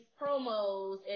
promos